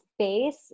space